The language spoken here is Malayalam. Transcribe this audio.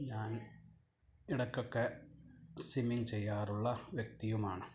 ഞാൻ ഇടക്കൊക്കെ സ്വിമ്മിങ്ങ് ചെയ്യാറുള്ള വ്യക്തിയുമാണ്